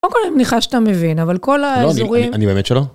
קודם כל אני מניחה שאתה מבין, אבל כל האזורים... לא, אני באמת שלא.